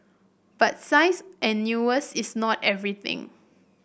but size and newness is not everything